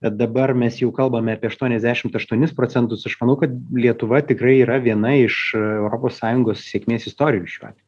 bet dabar mes jau kalbame apie aštuoniasdešim aštuonis procentus aš manau kad lietuva tikrai yra viena iš europos sąjungos sėkmės istorijų šiuo atveju